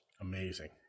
Amazing